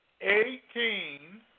eighteen